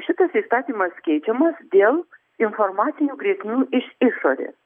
šitas įstatymas keičiamas dėl informacinių grėsmių iš išorės